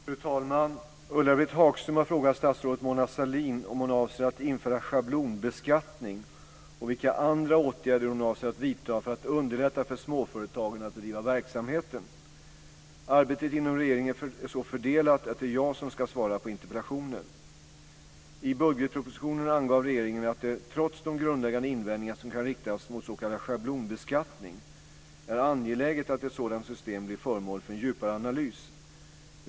Fru talman! Ulla-Britt Hagström har frågat statsrådet Mona Sahlin om hon avser att införa schablonbeskattning och vilka andra åtgärder hon avser att vidta för att underlätta för småföretagen att bedriva verksamheten. Arbetet inom regeringen är så fördelat att det är jag som ska svara på interpellationen. I budgetpropositionen angav regeringen att det, trots de grundläggande invändningar som kan riktas mot s.k. schablonbeskattning, är angeläget att ett sådant system blir föremål för en djupare analys.